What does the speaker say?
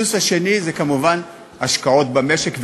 והסוס השני זה כמובן השקעות במשק ורפורמות.